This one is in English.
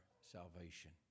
salvation